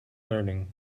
learning